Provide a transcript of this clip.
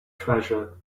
treasure